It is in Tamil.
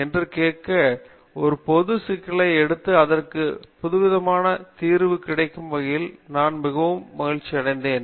என்று கேட்க ஒரு பொது சிக்கலை எடுத்து அதற்கு புதுவிதமான தீர்வு கிடைக்கையில் நான் மிகவும் மகிழ்ச்சியடைந்தேன்